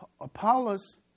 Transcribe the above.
Apollos